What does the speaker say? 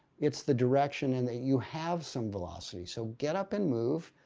it's the direction and that you have some velocity. so get up and move,